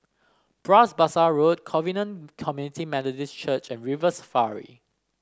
Bras Basah Road Covenant Community Methodist Church and River Safari